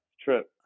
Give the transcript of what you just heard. trip